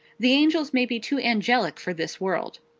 the angels may be too angelic for this world.